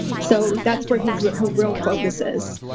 so that's where his his real focus is.